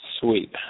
Sweet